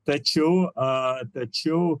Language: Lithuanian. tačiau tačiau